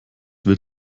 wird